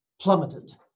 plummeted